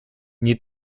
nie